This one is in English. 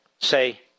say